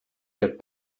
get